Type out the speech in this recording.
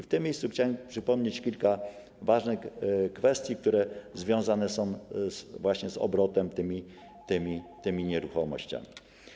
W tym miejscu chciałem przypomnieć kilka ważnych kwestii, które związane są właśnie z obrotem tymi nieruchomościami.